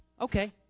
Okay